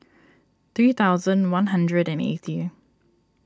three thousand one hundred and eighty